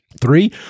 Three